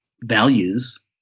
values